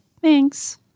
thanks